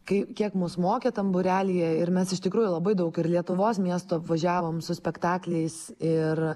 kai kiek mus mokė tam būrelyje ir mes iš tikrųjų labai daug ir lietuvos miestų apvažiavom su spektakliais ir